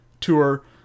tour